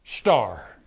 star